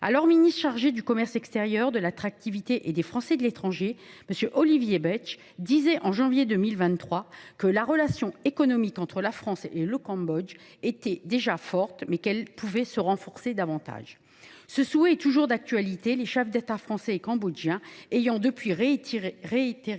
Alors ministre délégué chargé du commerce extérieur, de l’attractivité et des Français de l’étranger, M. Olivier Becht affirmait au mois de janvier 2023 que la relation économique entre la France et le Cambodge était déjà forte, mais qu’elle pouvait se renforcer davantage. Ce souhait est toujours d’actualité, les chefs d’État français et cambodgien ayant depuis réitéré